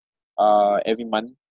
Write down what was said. uh every month